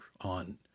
on